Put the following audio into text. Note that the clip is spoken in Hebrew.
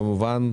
כמובן.